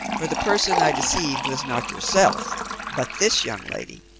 for the person i deceived was not yourself but this young lady.